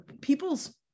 people's